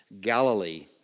Galilee